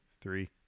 three